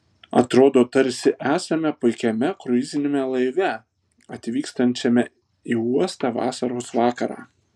atrodo tarsi esame puikiame kruiziniame laive atvykstančiame į uostą vasaros vakarą